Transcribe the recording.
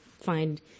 find